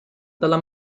dalla